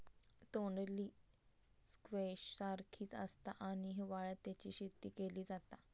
तोंडली स्क्वैश सारखीच आसता आणि हिवाळ्यात तेची शेती केली जाता